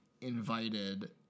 invited